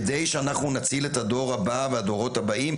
כדי שאנחנו נציל את הדור הבא והדורות הבאים,